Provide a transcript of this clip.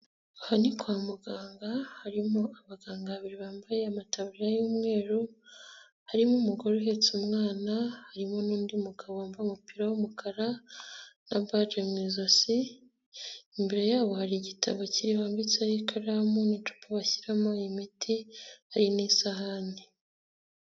Aha ni kwa muganga harimo abaganga babiri bambaye amataja y'umweru, harimo umugore uhetse umwana, harimo n'undi mugabo wambaye umupira w'umukara na baji mu ijosi, imbere yabo hari igitabo kiribambitseho ikaramu n'icupa bashyiramo imiti, hari n'isahani.